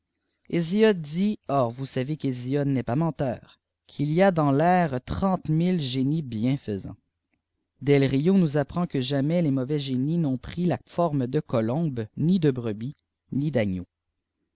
pas menteur qu'il y a dans l'air trente mille génies bienfaists defario nous apprend que jamais les mauvais génies n'ont pris la forme de colombe ni de brebis ni d'agneau